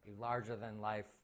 larger-than-life